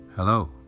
Hello